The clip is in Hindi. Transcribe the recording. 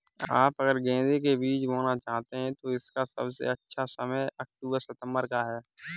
आप अगर गेंदे के बीज बोना चाहते हैं तो इसका सबसे अच्छा समय अक्टूबर सितंबर का है